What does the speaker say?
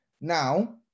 Now